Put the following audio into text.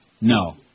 No